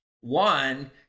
One